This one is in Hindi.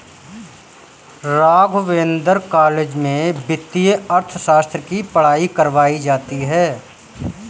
राघवेंद्र कॉलेज में वित्तीय अर्थशास्त्र की पढ़ाई करवायी जाती है